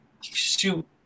shoot